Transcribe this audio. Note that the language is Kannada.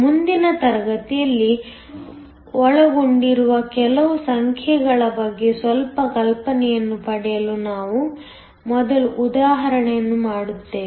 ಮುಂದಿನ ತರಗತಿಯಲ್ಲಿ ಒಳಗೊಂಡಿರುವ ಕೆಲವು ಸಂಖ್ಯೆಗಳ ಬಗ್ಗೆ ಸ್ವಲ್ಪ ಕಲ್ಪನೆಯನ್ನು ಪಡೆಯಲು ನಾವು ಮೊದಲು ಉದಾಹರಣೆಯನ್ನು ನೋಡುತ್ತೇವೆ